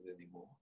anymore